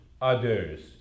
others